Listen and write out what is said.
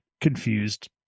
confused